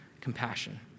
compassion